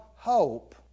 Hope